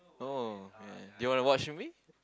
oh ya do you want to watch with me